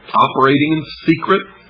operating in secret,